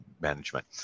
management